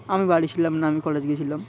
আমি বাড়ি ছিলাম না আমি কলেজ গিয়েছিলাম